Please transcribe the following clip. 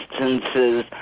instances